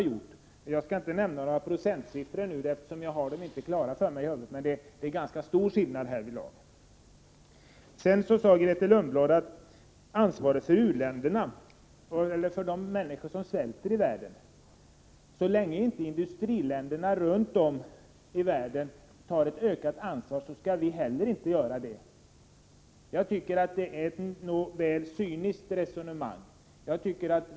Jag skall inte nämna några siffror, eftersom jag inte har dem i huvudet. Men det är stora skillnader härvidlag. Vidare sade Grethe Lundblad om ansvaret för de människor som svälter i världen att så länge industriländerna runt om i världen inte tar ett ökat ansvar skall inte heller vi göra det. Jag tycker att det är ett väl cyniskt resonemang.